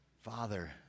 Father